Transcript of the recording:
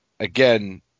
Again